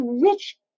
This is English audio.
rich